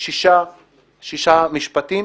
שישה משפטים